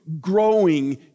growing